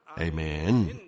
Amen